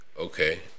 Okay